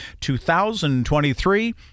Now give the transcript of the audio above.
2023